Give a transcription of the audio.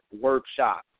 Workshop